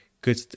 good